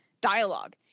dialogue